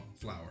flour